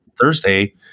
Thursday